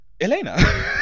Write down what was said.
elena